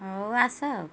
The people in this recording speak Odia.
ଆଉ ଆସ